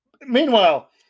Meanwhile